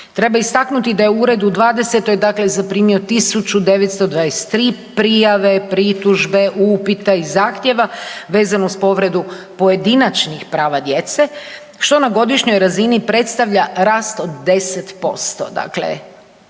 Treba istaknuti da je Ured u '20. zaprimio 1923 prijave, pritužbe, upita i zahtjeva vezan uz povredu pojedinačnih prava djece, što na godišnjoj razini predstavlja rast od 10%,